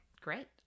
great